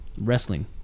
wrestling